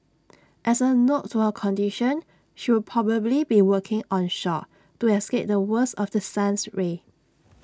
as A nod to her condition she will probably be working onshore to escape the worst of the sun's rays